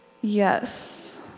Yes